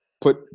put